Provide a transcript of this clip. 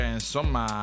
insomma